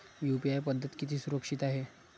UPI पद्धत किती सुरक्षित आहे?